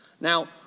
Now